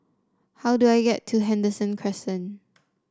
how do I get to Henderson Crescent